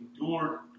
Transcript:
endured